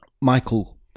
Michael